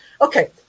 Okay